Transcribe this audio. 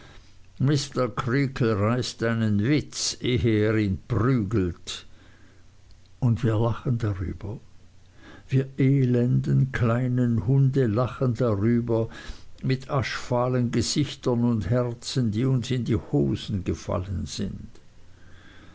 creakle reißt einen witz ehe er ihn prügelt und wir lachen darüber wir elenden kleinen hunde lachen darüber mit aschfahlen gesichtern und herzen die uns in die hosen gefallen sind